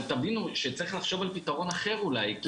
אבל תבינו, צריך לחשוב על פתרון אחר אולי.